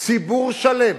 ציבור שלם